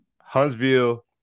Huntsville